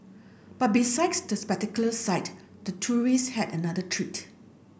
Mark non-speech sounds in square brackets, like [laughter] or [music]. but [unintelligible] the spectacular sight the tourist had another treat